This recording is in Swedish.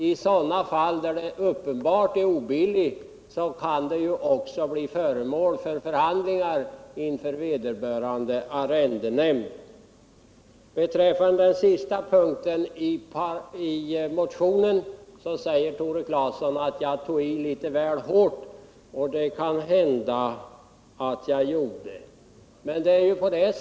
I sådana fall där det uppenbart är obilligt kan det bli fråga om förhandlingar inför vederbörande ar:endenämnd. Beträffande den sista punkten i mationen säger Tore Claeson att jag tog i Htet väl hårt, och det kan hända att:jaz gjorde.